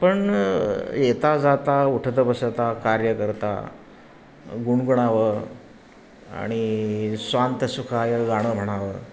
पण येता जाता उठत बसता कार्य करता गुणगुणावं आणि स्वांत सुखाय गाणं म्हणावं